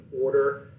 order